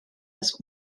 das